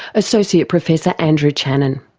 associate professor andrew channen.